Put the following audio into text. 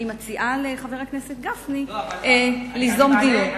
ואני מציעה לחבר הכנסת גפני ליזום דיון.